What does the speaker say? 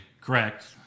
Correct